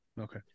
Okay